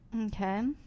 Okay